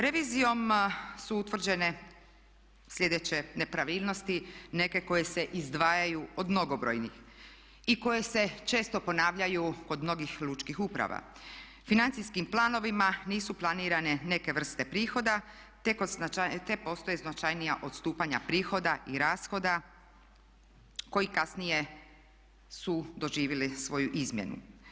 Revizijom su utvrđene slijedeće nepravilnosti neke koje se izdvajaju od mnogobrojnih i koje se često ponavljaju kod mnogih lučkih uprava financijskim planovima nisu planirane neke vrste prihoda te postoje značajnija odstupanja prihoda i rashoda koji kasnije su doživjeli svoju izmjenu.